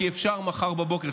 כי אפשר מחר בבוקר.